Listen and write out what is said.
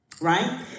right